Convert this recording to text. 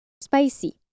spicy